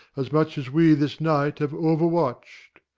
as much as we this night have overwatch'd.